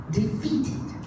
defeated